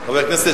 חמש דקות